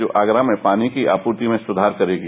जो आगरा में पानी की आपूर्ति में सुधार करेगी